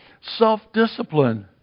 self-discipline